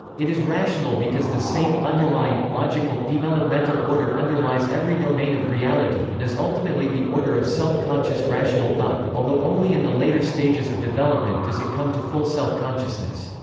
it is rational because the same, underlying, logical, developmental order underlies every domain of reality and is ultimately the order of self-conscious rational thought, although only in the later stages of development does it come to full self-consciousness.